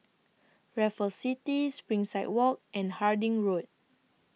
Raffles City Springside Walk and Harding Road